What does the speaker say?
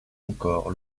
encore